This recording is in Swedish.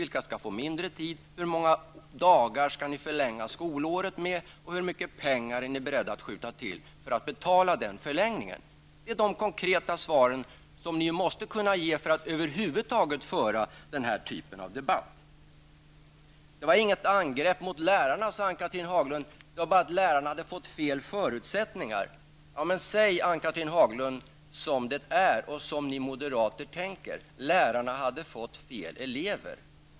Vilka ämnen skall få mindre tid? Hur mycket pengar är ni beredda att skjuta till för att betala denna förlängning? För att över huvud taget kunna föra den här typen av debatt måste ni kunna ge konkreta svar på dessa frågor. Ann-Cathrine Haglund sade att hon inte angrep lärarna. Lärarna hade bara fått fel förutsättningar. Säg som det är och som ni moderater tänker, Ann Cathrine Haglund! Lärarna hade fått fel elever.